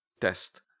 test